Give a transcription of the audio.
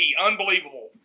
unbelievable